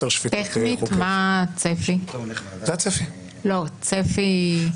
אתה מקיים הצבעות?